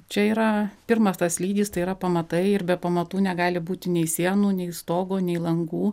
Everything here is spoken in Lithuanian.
čia yra pirmas tas lygis tai yra pamatai ir be pamatų negali būti nei sienų nei stogo nei langų